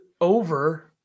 over